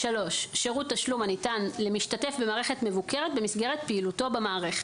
שירות תשלום הניתן למשתתף במערכת מבוקרת במסגרת פעילותו במערכת.